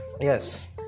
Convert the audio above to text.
yes